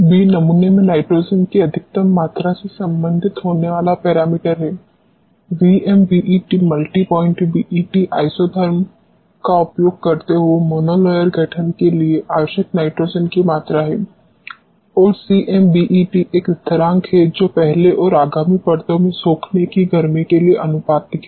b नमूने में nitrogen की अधिकतम मात्रा से संबंधित होने वाला पैरामीटर है VMBET multi point BET isotherms का उपयोग करते हुए मोनोलेयर गठन के लिए आवश्यक नाइट्रोजन की मात्रा है और CMBET एक स्थिरांक है जो पहले और आगामी परतों में सोखने की गर्मी के लिए आनुपातिक है